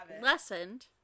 lessened